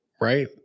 right